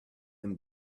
them